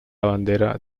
bandera